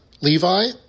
Levi